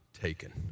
taken